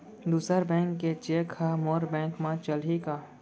दूसर बैंक के चेक ह मोर बैंक म चलही का?